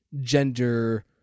gender